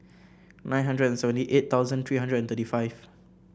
nine hundred and seventy eight thousand three hundred and thirty five